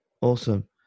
awesome